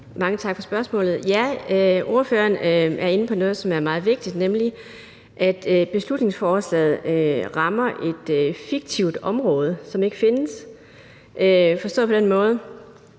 Mange tak for spørgsmålet. Ja, ordføreren er inde på noget, som er meget vigtigt, nemlig at beslutningsforslaget rammer et fiktivt område, som ikke findes, forstået på den måde